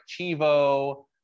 chivo